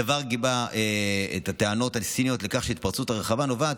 הדבר גיבה את הטענות הסיניות שההתפרצות הרחבה נובעת